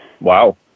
Wow